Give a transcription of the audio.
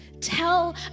Tell